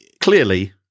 clearly